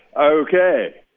ok.